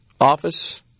office